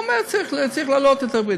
הוא אומר שצריך להעלות את הריבית?